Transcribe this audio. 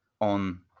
on